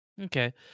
Okay